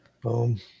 Boom